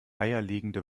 eierlegende